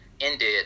ended